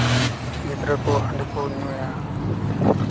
ᱜᱤᱫᱽᱨᱟᱹ ᱠᱚ ᱦᱟᱺᱰᱤ ᱠᱚ ᱧᱩᱭᱟ